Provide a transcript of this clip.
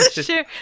Sure